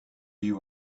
you